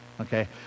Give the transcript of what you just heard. okay